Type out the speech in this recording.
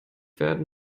werden